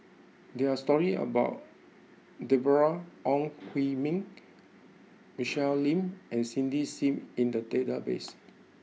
there are stories about Deborah Ong Hui Min Michelle Lim and Cindy Sim in the database